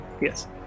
Yes